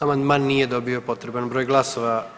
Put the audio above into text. Amandman nije dobio potreban broj glasova.